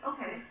Okay